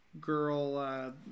girl